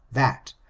that,